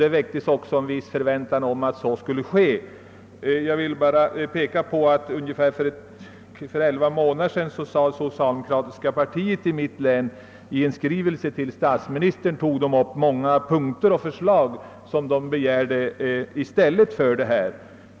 Det väcktes också vissa förväntningar på att så skulle ske. Jag vill bara fästa uppmärksamheten på att socialdemokratiska partiet i mitt län för ungefär 11 månader sedan i en skrivelse till statsmiministern framlade en hel del förslag till åtgärder som kunde vidtas då vi gick miste om olympiska spelen.